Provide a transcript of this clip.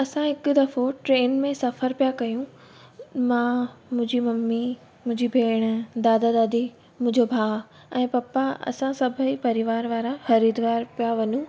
असां हिकु दफ़ो ट्रेन में सफ़र पिया कयूं मां मुंहिंजी मम्मी मुंहिंजी भेण दादा दादी मुंहिंजो भाउ ऐं पापा असां सभई परिवार वारा हरिद्वार पिया वञूं